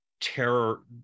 terror